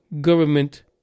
government